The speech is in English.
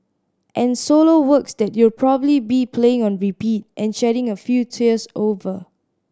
and solo works that you'll probably be playing on repeat and shedding a few tears over